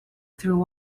through